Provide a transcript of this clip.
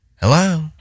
Hello